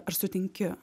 ar sutinki